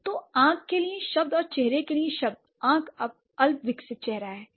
तो आंख के लिए शब्द और चेहरे के लिए शब्द आंख अल्पविकसित चेहरा है